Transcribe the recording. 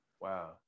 Wow